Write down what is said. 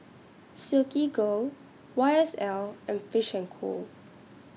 Silkygirl Y S L and Fish and Co